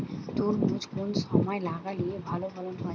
তরমুজ কোন সময় লাগালে ভালো ফলন হয়?